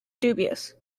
dubious